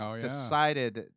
decided